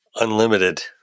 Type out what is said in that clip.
Unlimited